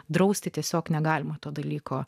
drausti tiesiog negalima to dalyko